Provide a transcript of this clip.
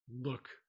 look